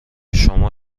شما